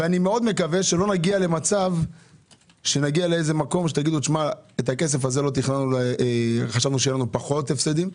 אני מאוד מקווה שלא נגיע למקום שתגידו: חשבנו שיהיו לנו פחות הפסדים.